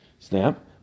Snap